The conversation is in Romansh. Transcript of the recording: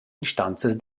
instanzas